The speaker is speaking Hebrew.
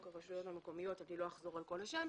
הרשויות המקומיות ולא אחזור על כל השם,